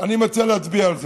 אני מציע להצביע על זה.